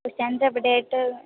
ബസ്സ്റ്റാൻ്റിൽ എവിടെ ആയിട്ട്